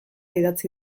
idatzi